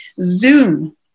Zoom